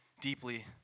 deeply